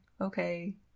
Okay